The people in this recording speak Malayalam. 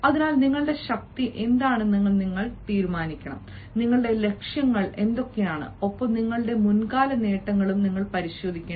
അതിനാൽ നിങ്ങളുടെ ശക്തി എന്താണെന്ന് നിങ്ങൾ തീരുമാനിക്കണം നിങ്ങളുടെ ലക്ഷ്യങ്ങൾ എന്തൊക്കെയാണ് ഒപ്പം നിങ്ങളുടെ മുൻകാല നേട്ടങ്ങളും പരിശോധിക്കണം